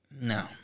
No